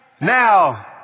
Now